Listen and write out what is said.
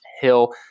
Hill